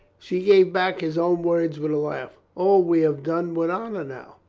she gave back his own words with a laugh, o, we have done with honor now.